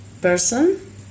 person